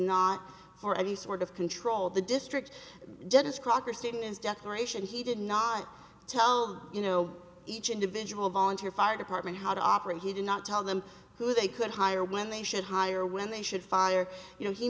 not for any sort of control of the district judges caulker students declaration he did not tell you know each individual volunteer fire department how to operate he did not tell them who they could hire when they should hire when they should fire you know he